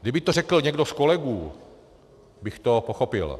Kdyby to řekl někdo z kolegů, tak bych to pochopil.